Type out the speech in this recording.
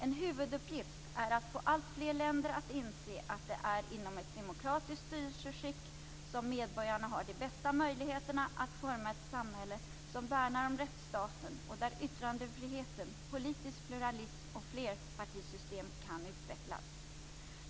En huvuduppgift är att få alltfler länder att inse att det är inom ett demokratiskt styrelseskick som medborgarna har de bästa möjligheterna att forma ett samhälle som värnar om rättsstaten och där yttrandefriheten, politisk pluralism och flerpartisystem kan utvecklas.